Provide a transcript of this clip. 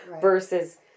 versus